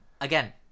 again